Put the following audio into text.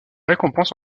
récompense